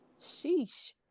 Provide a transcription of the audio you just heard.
Sheesh